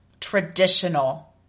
traditional